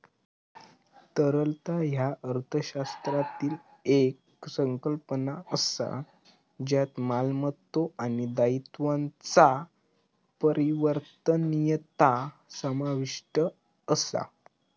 तरलता ह्या अर्थशास्त्रातली येक संकल्पना असा ज्यात मालमत्तो आणि दायित्वांचा परिवर्तनीयता समाविष्ट असा